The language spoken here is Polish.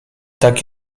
tak